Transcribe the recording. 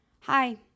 Hi